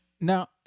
Now